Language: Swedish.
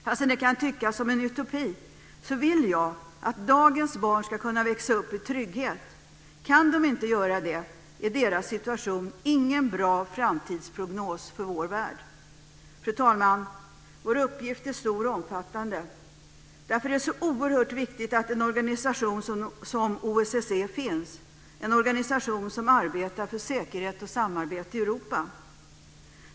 Fastän det kan tyckas som en utopi så vill jag att dagens barn ska kunna växa upp i trygghet. Kan de inte göra det så är deras situation ingen bra framtidsprognos för vår värld. Fru talman! Vår uppgift är stor och omfattande. Därför är det så oerhört viktigt att en organisation som OSSE finns - en organisation som arbetar för säkerhet och samarbete i Europa.